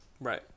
right